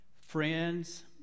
friends